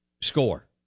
score